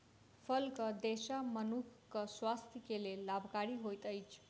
फलक रेशा मनुखक स्वास्थ्य के लेल लाभकारी होइत अछि